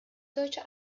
deutscher